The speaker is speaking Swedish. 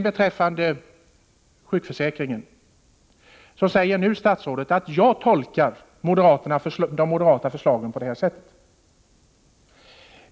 Beträffande sjukförsäkringen säger nu statsrådet att jag tolkar de moderata förslagen på det här sättet.